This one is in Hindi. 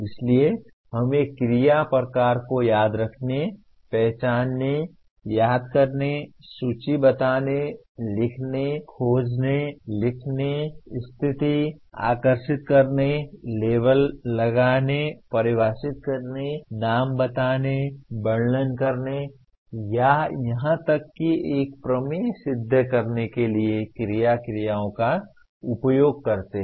इसलिए हम एक क्रिया प्रकार को याद रखने पहचानने याद करने सूची बताने लिखने खोजने लिखने खोजने स्थिति आकर्षित करने लेबल लगाने परिभाषित करने नाम बताने वर्णन करने या यहां तक कि एक प्रमेय सिद्ध करने के लिए क्रिया क्रियाओं का उपयोग करते हैं